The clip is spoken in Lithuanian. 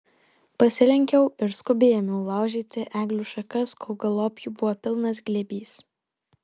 pasilenkiau ir skubiai ėmiau laužyti eglių šakas kol galop jų buvo pilnas glėbys